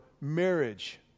marriage